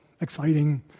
exciting